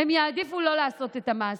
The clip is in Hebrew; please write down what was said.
הם יעדיפו לא לעשות את המעשה.